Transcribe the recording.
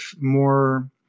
more